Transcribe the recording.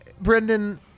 Brendan